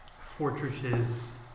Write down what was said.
fortresses